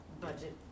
budget